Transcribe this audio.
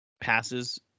passes